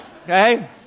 Okay